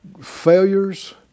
failures